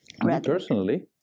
personally